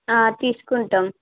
ఆ తీసుకుంటాం